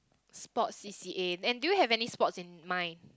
sports C_C_A and do you have any sports in mind